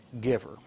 giver